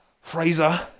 Fraser